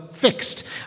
fixed